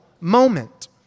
moment